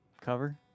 cover